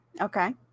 Okay